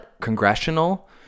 congressional